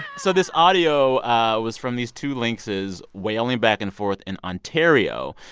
so this audio ah was from these two lynxes wailing back and forth in ontario.